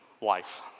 life